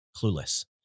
clueless